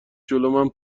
جلومن